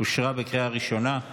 אושרה בקריאה הראשונה.